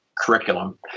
curriculum